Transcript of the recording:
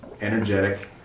energetic